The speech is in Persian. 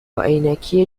عینکی